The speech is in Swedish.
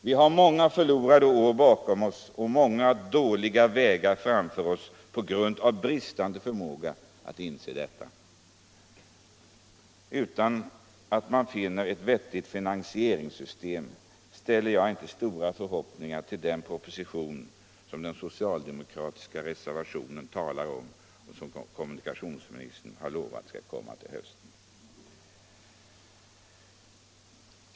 Vi har många förlorade år bakom oss och många dåliga vägar framför oss på grund av bristande förmåga att inse detta. Utan att man finner ett vettigt finansieringssystem ställer jag inte stora förhoppningar till den proposition som den socialdemokratiska reservationen talar om och som kommunikationsministern har lovat skall komma till hösten.